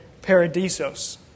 paradisos